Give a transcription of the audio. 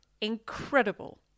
incredible